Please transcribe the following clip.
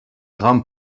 grand